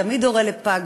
תמיד הורה לפג,